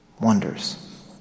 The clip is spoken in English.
wonders